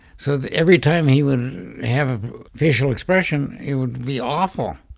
so every time he would have a visual expression, it would be awful.